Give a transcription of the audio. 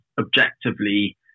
objectively